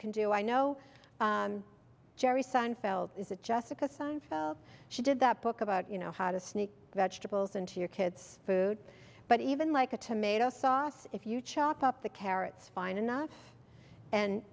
can do i know jerry seinfeld is a just because i felt she did that book about you know how to sneak vegetables into your kids food but even like a tomato sauce if you chop up the carrots fine enough and